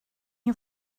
you